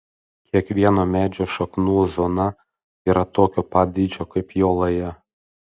kiekvieno medžio šaknų zona yra tokio pat dydžio kaip jo laja